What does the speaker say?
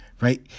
right